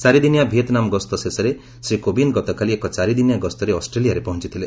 ଚାରିଦିନିଆ ଭିଏତ୍ନାମ ଗସ୍ତ ଶେଷରେ ଶ୍ରୀ କୋବିନ୍ଦ ଗତକାଲି ଏକ ଚାରିଦିନିଆ ଗସ୍ତରେ ଅଷ୍ଟ୍ରେଲିଆରେ ପହଞ୍ଚିଥିଲେ